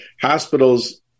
hospitals